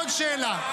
עוד שאלה.